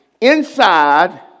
inside